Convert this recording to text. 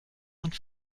und